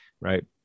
right